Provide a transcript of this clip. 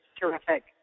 terrific